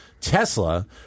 Tesla